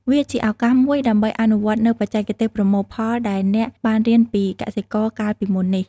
វាជាឱកាសមួយដើម្បីអនុវត្តនូវបច្ចេកទេសប្រមូលផលដែលអ្នកបានរៀនពីកសិករកាលពីមុននេះ។